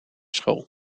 school